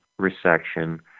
resection